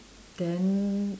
then